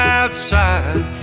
outside